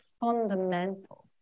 fundamental